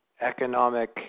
economic